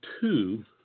two